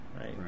right